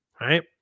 right